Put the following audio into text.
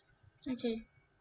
okay